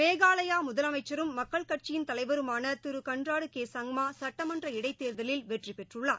மேகாலாயா முதலமைச்சரும் மக்கள் கட்சியின் தலைவருமான திரு கன்ராடு கே சங்மா சுட்டமன்ற இடைத்தேர்தலில் வெற்றி பெற்றுள்ளார்